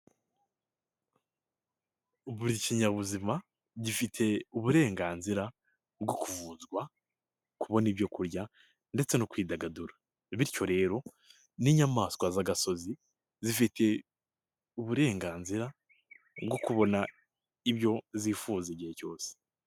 Buri kinyabuzima gifite uburenganzira bwo kuvuzwa, kubona ibyo kurya ndetse no kwidagadura, bityo rero n'inyamaswa z'agasozi zifite uburenganzira bwo kubona ibyo zifuza igihe cyose.